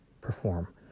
perform